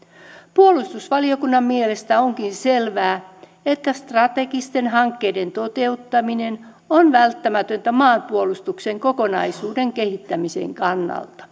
puolustusvaliokunnan mielestä onkin selvää että strategisten hankkeiden toteuttaminen on välttämätöntä maanpuolustuksen kokonaisuuden kehittämisen kannalta